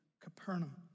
Capernaum